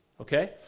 okay